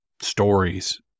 stories